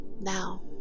now